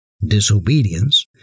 disobedience